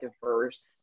diverse